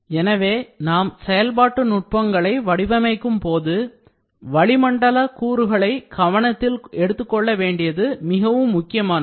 எனவே நாம் செயல்பாடு நுட்பங்களை வடிவமைக்கும்போது வளிமண்டல கூறுகளை கவனத்தில் எடுத்துக்கொள்ள வேண்டியது மிகவும் முக்கியமானது